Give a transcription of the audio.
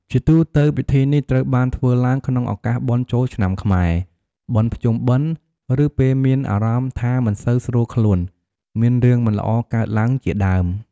ជាទូទៅ ពិធីនេះត្រូវបានធ្វើឡើងក្នុងឱកាសបុណ្យចូលឆ្នាំខ្មែរ បុណ្យភ្ជុំបិណ្ឌ ឬពេលមានអារម្មណ៍ថាមិនសូវស្រួលខ្លួន មានរឿងមិនល្អកើតឡើងជាដើម។